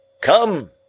Come